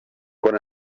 quan